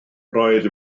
roedd